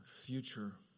future